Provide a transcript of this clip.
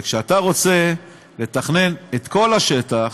וכשאתה רוצה לתכנן את כל השטח,